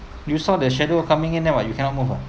you saw the shadow coming in then what you cannot move ah